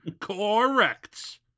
Correct